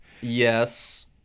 Yes